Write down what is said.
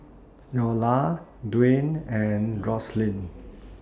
Iola Dwane and Roselyn